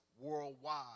worldwide